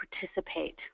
participate